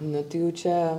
nu tai jau čia